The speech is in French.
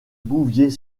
bouvier